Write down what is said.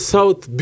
South